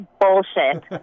bullshit